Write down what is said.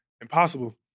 impossible